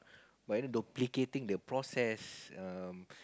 but you know duplicating the process um